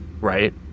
Right